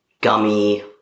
gummy